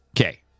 Okay